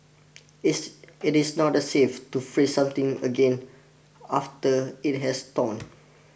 it's it is not the safe to freeze something again after it has thawed